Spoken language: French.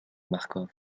marcof